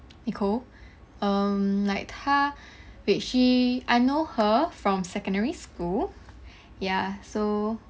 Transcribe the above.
nicole mm like 她 wait she I know her from secondary school ya so